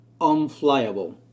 unflyable